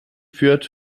führt